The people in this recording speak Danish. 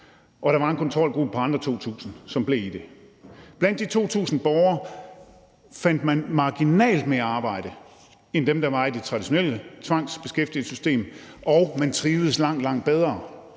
og der var en kontrolgruppe på andre 2.000, som blev i det. Blandt de første 2.000 borgere fandt man marginalt mere arbejde end dem, der var i det traditionelle tvangsbeskæftigelsessystem, og man trivedes langt,